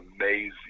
amazing